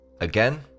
Again